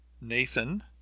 Nathan